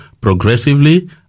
progressively